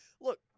Look